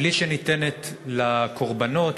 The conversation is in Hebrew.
בלי שניתנת לקורבנות,